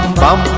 bum